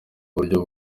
buryo